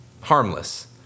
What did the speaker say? harmless